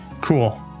Cool